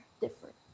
different